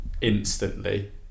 instantly